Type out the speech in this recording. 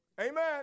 Amen